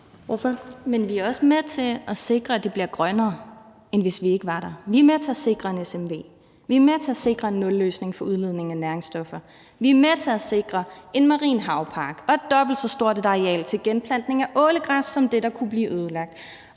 Men vi er også med til at sikre, at det bliver grønnere, end hvis vi ikke var der. Vi er med til at sikre en smv. Vi er med til at sikre en nulløsning for udledning af næringsstoffer. Vi er med til at sikre en marin havpark og et dobbelt så stort areal til genplantning af ålegræs som det, der kunne blive ødelagt,